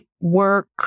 work